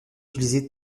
utilisé